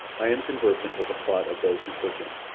i am conversant with the plot of those who took him.